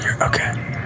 Okay